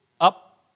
up